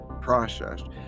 processed